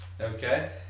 Okay